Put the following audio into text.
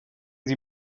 sie